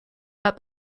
that